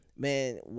man